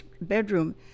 bedroom